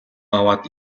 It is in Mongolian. аваад